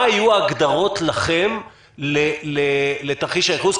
מה היו ההגדרות לכם לתרחיש הייחוס?